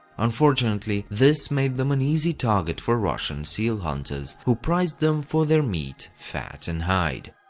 unfortunately, this made them an easy target for russian seal hunters, who prized them for their meat, fat and hide.